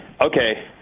okay